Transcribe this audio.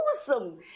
awesome